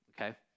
okay